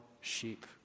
sheep